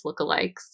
lookalikes